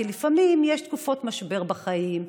כי לפעמים יש תקופות משבר בחיים,